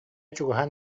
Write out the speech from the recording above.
чугаһаан